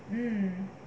um